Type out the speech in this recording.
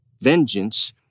Vengeance